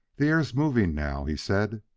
the air's moving now, he said.